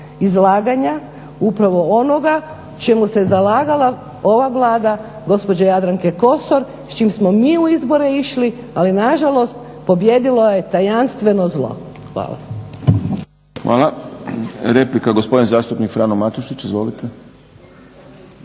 izlaganja upravo onoga čemu se zalagala ova Vlaga gospođe Jadranke Kosor s čim smo mi u izbore išli, ali nažalost pobijedilo je tajanstveno zlo. Hvala. **Šprem, Boris (SDP)** Hvala. Replika, gospodin zastupnik Frano Matušić. Izvolite.